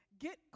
get